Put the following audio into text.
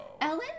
Ellen